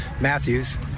Matthews